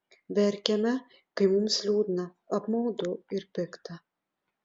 verkiame kai mums liūdna apmaudu ir pikta